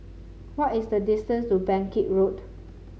what is the distance to Bangkit Road